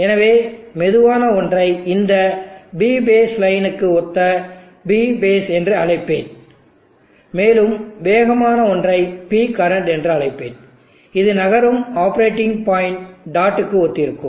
எனவே மெதுவான ஒன்றை இந்த P பேஸ் லைனுக்கு ஒத்த P பேஸ் என்று அழைப்பேன் மேலும் வேகமான ஒன்றை P கரண்ட் அழைப்பேன் இது நகரும் ஆப்பரேட்டிங் பாயிண்ட் டாட்டுக்கு ஒத்திருக்கும்